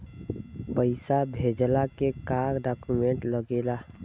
पैसा भेजला के का डॉक्यूमेंट लागेला?